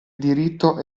diritto